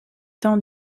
temps